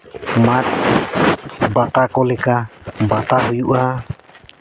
ᱢᱟᱫ ᱵᱟᱛᱟ ᱠᱚ ᱞᱮᱠᱟ ᱵᱟᱛᱟ ᱦᱩᱭᱩᱜᱼᱟ